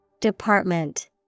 Department